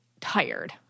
tired